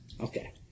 Okay